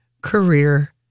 career